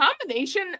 combination